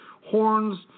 horns